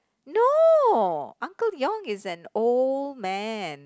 no uncle Yong is an old man